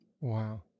Wow